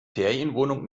ferienwohnung